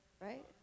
right